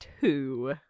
two